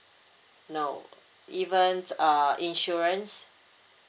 no even uh insurance